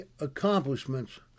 accomplishments